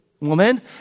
Woman